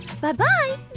Bye-bye